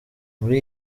muri